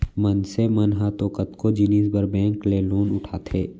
मनसे मन ह तो कतको जिनिस बर बेंक ले लोन उठाथे